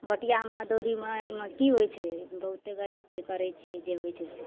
बटिआमे मजदूरीमे एहिमे कि होइ छै बहुते गरीब छिए करै छिए जे होइ छै से